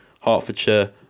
Hertfordshire